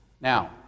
Now